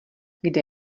kde